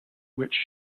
which